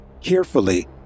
carefully